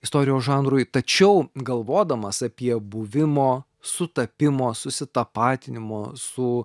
istorijos žanrui tačiau galvodamas apie buvimo sutapimo susitapatinimo su